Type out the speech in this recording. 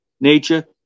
nature